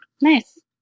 Nice